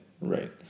right